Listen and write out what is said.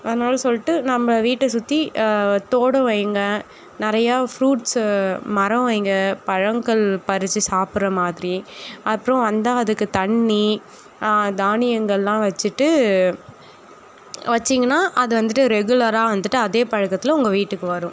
அதனால சொல்லிட்டு நம்ம வீட்டை சுற்றி தோட்டம் வைங்க நிறையா ஃப்ரூட்ஸு மரம் வைங்க பழங்கள் பறித்து சாப்பிட்ற மாதிரி அப்றம் வந்தால் அதுக்குத் தண்ணி தனியாங்கள்லாம் வச்சுட்டு வச்சீங்கன்னால் அதை வந்துட்டு ரெகுலராக வந்துட்டு அதே பழக்கத்தில் உங்கள் வீட்டுக்கு வரும்